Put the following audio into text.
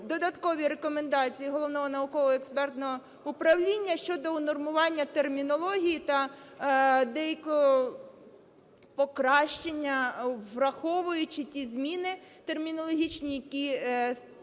додаткові рекомендації Головного науково-експертного управління щодо унормування термінології та деякого покращення, враховуючи ті зміни термінологічні, які сталися